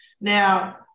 Now